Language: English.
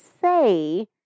say